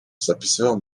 zapisywał